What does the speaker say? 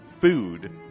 food